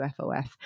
ufof